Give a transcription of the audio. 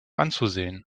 anzusehen